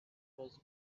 was